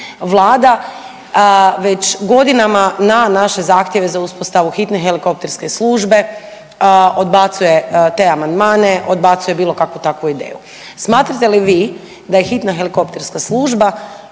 Vlada već godinama na naše zahtjeve za uspostavu hitne helikopterske službe odbacuje te amandmane, odbacuje bilo kakvu takvu ideju. Smatrate li vi da je hitna helikopterska služba